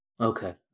Okay